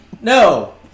No